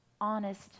honest